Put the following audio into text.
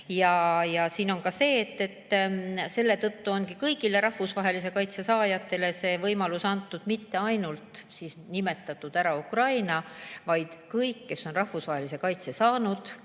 aastaks. Selle tõttu ongi kõigile rahvusvahelise kaitse saajatele see võimalus antud, mitte ainult ei ole nimetatud Ukrainat, vaid kõik, kes on rahvusvahelise kaitse saanud,